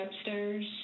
upstairs